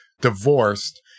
divorced